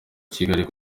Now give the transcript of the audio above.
kigali